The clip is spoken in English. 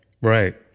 Right